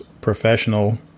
Professional